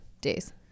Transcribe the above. days